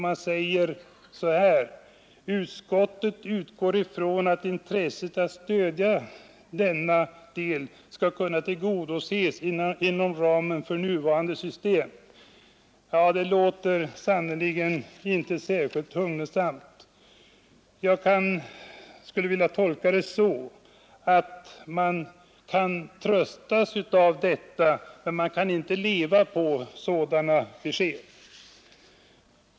Man säger: ”Utskottet utgår från att intresset att stödja denna region skall kunna tillgodoses inom ramen för det nuvarande systemet.” Ja, det låter sannerligen inte särskilt hugnesamt. Jag skulle vilja tolka det så att man kan tröstas av detta, men man kan inte leva på sådana besked.